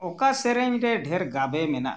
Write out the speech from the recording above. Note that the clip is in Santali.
ᱚᱠᱟ ᱥᱮᱨᱮᱧ ᱨᱮ ᱰᱷᱮᱨ ᱜᱟᱵᱮ ᱢᱮᱱᱟᱜᱼᱟ